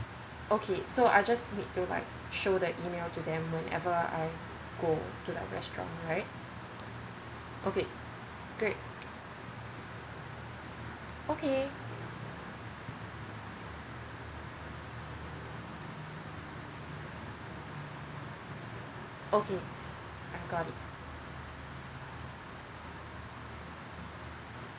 okay so I just need to like show the email to them whenever I go to the restaurant right okay great okay okay I got it